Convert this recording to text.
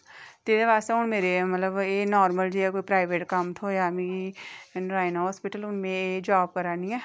ते हून एह् मेरे आस्तै नॉर्मल जेहा प्राईवेट कम्म थ्होया मिगी नाराणा हॉस्पिटल मिगी ते में एह् जॉब करा नी आं